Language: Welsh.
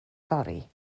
fory